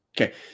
Okay